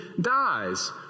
dies